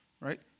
right